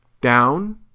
down